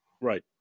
Right